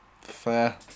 Fair